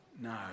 No